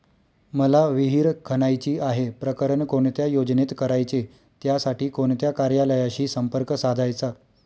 मला विहिर खणायची आहे, प्रकरण कोणत्या योजनेत करायचे त्यासाठी कोणत्या कार्यालयाशी संपर्क साधायचा?